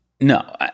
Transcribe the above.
No